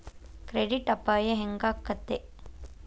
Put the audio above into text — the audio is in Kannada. ಕ್ರೆಡಿಟ್ ಅಪಾಯಾ ಹೆಂಗಾಕ್ಕತೇ?